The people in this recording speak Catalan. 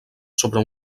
sobre